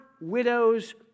widows